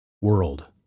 world